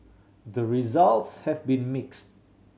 the results have been mix